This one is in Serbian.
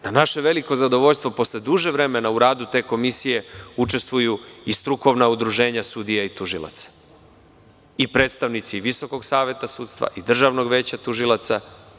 Na naše veliko zadovoljstvo, posle duže vremena, u radu te komisije učestvuju i strukovna udruženja sudija i tužilaca i predstavnici Visokog saveta sudstva i Državnog veća tužilaca.